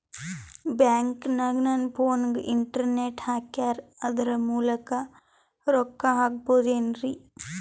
ಬ್ಯಾಂಕನಗ ನನ್ನ ಫೋನಗೆ ಇಂಟರ್ನೆಟ್ ಹಾಕ್ಯಾರ ಅದರ ಮೂಲಕ ರೊಕ್ಕ ಹಾಕಬಹುದೇನ್ರಿ?